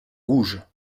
rouge